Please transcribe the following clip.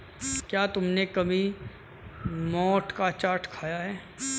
क्या तुमने कभी मोठ का चाट खाया है?